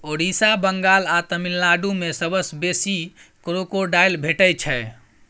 ओड़िसा, बंगाल आ तमिलनाडु मे सबसँ बेसी क्रोकोडायल भेटै छै